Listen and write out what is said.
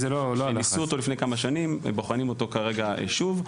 שניסו אותו לפני כמה שנים ובוחנים אותו כרגע שוב,